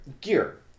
gear